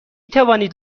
توانید